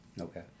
Okay